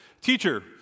Teacher